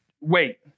Wait